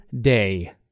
day